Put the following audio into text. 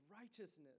righteousness